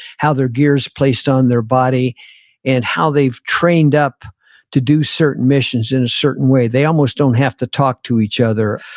how their gears placed on their body and how they've trained up to do certain missions in a certain way. they almost don't have to talk to each other.